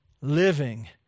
Living